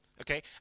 Okay